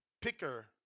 Picker